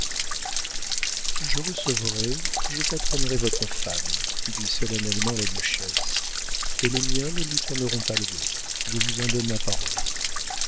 je recevrai je patronerai votre femme dit solennellement la duchesse et les miens ne lui tourneront pas le dos je vous en donne ma parole